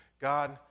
God